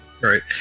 Right